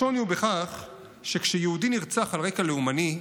השוני הוא בכך שכשיהודי נרצח על רקע לאומני,